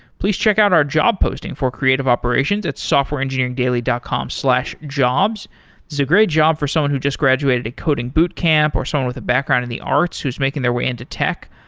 please check out our job posting for creative operations at softwareengineeringdaily dot com slash jobs. this is a great job for someone who just graduated a coding bootcamp, or someone with a background in the arts who's making their way into tech.